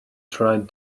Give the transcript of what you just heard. tried